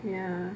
ya